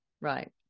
Right